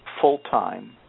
full-time